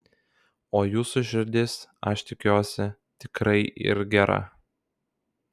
o jūsų širdis aš tikiuosi tikrai yr gera